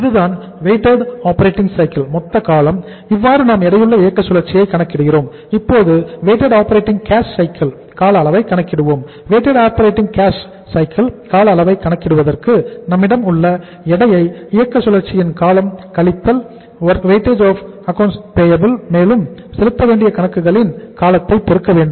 இதுதான் weighted operating cycle கால அளவை கணக்கிடுவதற்கு நம்மிடம் உள்ள எடையுள்ள இயக்க சுழற்சியின் காலம் கழித்தல் Wap மேலும் செலுத்தவேண்டிய கணக்குகளின் காலத்தை பெருக்க வேண்டும்